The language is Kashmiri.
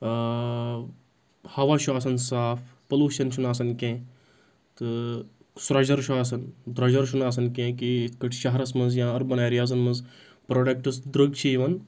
ہوا چھُ آسَان صاف پلوٗشَن چھُنہٕ آسَان کینٛہہ تہٕ سرٛوجَر چھُ آسَان درٛۄجَر چھُنہٕ آسَان کینٛہہ کہِ یِتھ کٲٹھۍ شَہرَس منٛز یا اَربَن اَیٚریازَن منٛز پروڈَکٹٕس درٕگ چھِ یِوَان